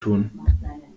tun